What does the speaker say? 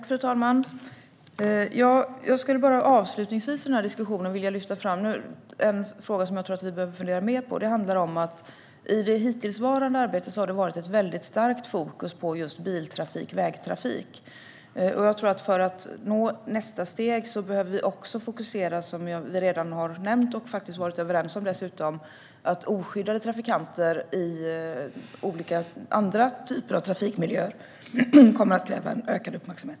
Fru ålderspresident! Avslutningsvis vill jag lyfta fram några frågor som vi behöver fundera mer på. I det hittillsvarande arbetet har det varit ett väldigt starkt fokus på biltrafik och vägtrafik. För att nå nästa steg bör vi fokusera - som jag redan har nämnt och som vi har varit överens om - på oskyddade trafikanter i andra typer av trafikmiljöer. Detta kommer att kräva en ökad uppmärksamhet.